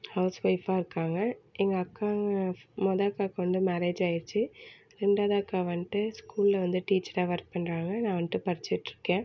ஹவுஸ்வைஃப்பாக இருக்காங்க எங்கள் அக்காங்க மொதல் அக்காவுக்கு வந்து மேரேஜ் ஆகிருச்சி ரெண்டாவது அக்கா வந்துட்டு ஸ்கூலில் வந்து டீச்சராக ஒர்க் பண்ணுறாங்க நான் வந்துட்டு படிச்சிக்கிட்டிருக்கேன்